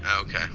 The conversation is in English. Okay